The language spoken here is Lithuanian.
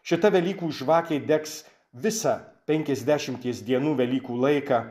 šita velykų žvakė degs visą penkiasdešimties dienų velykų laiką